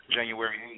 January